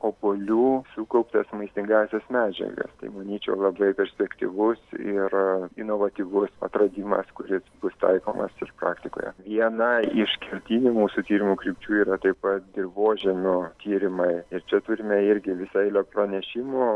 obuolių sukauptas maistingąsias medžiagas tai manyčiau labai perspektyvus ir inovatyvus atradimas kuris bus taikomas ir praktikoje viena iš kertinių mūsų tyrimų krypčių yra taip pat dirvožemio tyrimai ir čia turime irgi visą eilę pranešimų